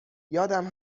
یادم